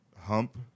hump